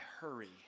hurry